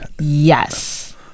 Yes